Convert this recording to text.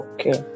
Okay